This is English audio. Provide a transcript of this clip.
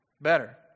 better